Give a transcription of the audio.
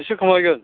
एसे खमायगोन